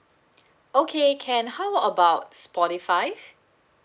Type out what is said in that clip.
okay can how about spotify